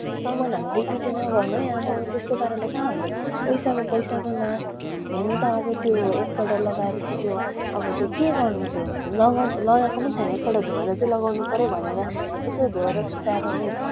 सामानहरू विक्री चाहिँ नगर्नु है आम्मामा त्यस्तो पाराले कहाँ हुन्छ पैसाको पैसाको नास हेर्नु त अब त्यो एकपल्ट लगाएपछि त्यो अब त्यो के गर्नु त्यो लगाउन त लगाएको पनि छैन एकपल्ट धोएर चाहिँ लगाउनु पऱ्यो भनेर यसो धोएर सुकाएर चाहिँ